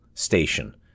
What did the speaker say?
Station